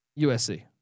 USC